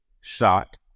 shot